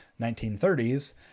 1930s